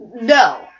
no